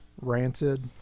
ranted